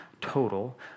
total